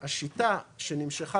השיטה, שנמשכה